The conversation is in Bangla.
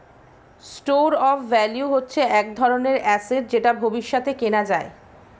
স্টোর অফ ভ্যালু হচ্ছে এক ধরনের অ্যাসেট যেটা ভবিষ্যতে কেনা যায়